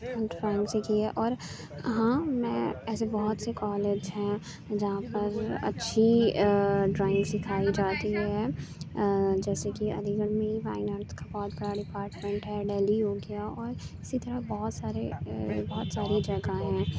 drawing سیکھی ہے اور ہاں میں ایسے بہت سے کالج ہیں جہاں پر اچھی ڈرائنگ سکھائی جاتی ہے جیسے کہ علی گڑھ میں ہی فائن آرٹس کا بہت بڑا ڈیپارٹمنٹ ہے دہلی ہو گیا اور اسی طرح بہت سارے بہت ساری جگہیں ہیں